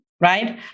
Right